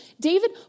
David